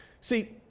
See